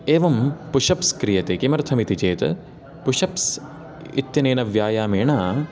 एवं पुषप्स् क्रियते किमर्थमिति चेत् पुषप्स् इत्यनेन व्यायामेन